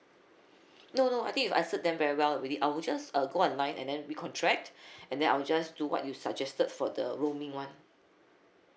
no no I think you've answer them very well already I will just uh go online and then re-contract and then I'll just do what you suggested for the roaming one